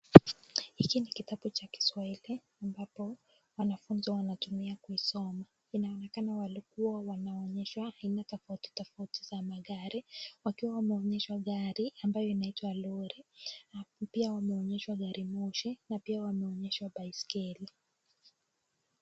Hiki ni kitabu cha Kiswahili ambapo wanafunzi wanatumia kuisoma. Inaonekana walikua wanaonyeshwa aina tofauti tofauti za magari, wakiwa wameonyeshwa gari ambayo inaitwa lori ,pia wameonyeshwa gari moshi na pia wameonyeshwa baisikeli.